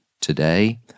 Today